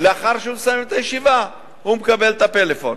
וכשהוא מסיים את הישיבה הוא מקבל את הפלאפון.